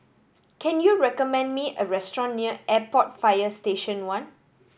can you recommend me a restaurant near Airport Fire Station One